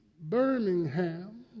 Birmingham